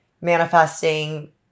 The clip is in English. manifesting